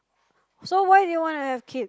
so why do you wanna have kids